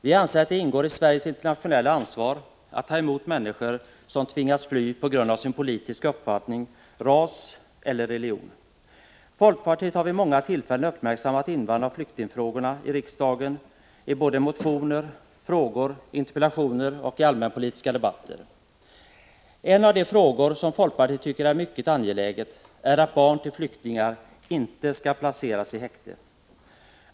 Vi anser att det ingår i Sveriges internationella ansvar att ta emot människor som tvingats fly på grund av sin politiska uppfattning, ras eller religion. Folkpartiet har vid många tillfällen uppmärksammat invandraroch flyktingfrågorna i riksdagen både i motioner, frågor, interpellationer och allmänpolitiska debatter. En av de frågor som folkpartiet tycker är mycket angelägna är att barn till flyktingar inte skall placeras i häkte.